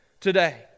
today